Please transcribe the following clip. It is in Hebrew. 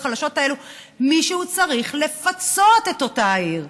החלשות האלו מישהו צריך לפצות את אותה עיר,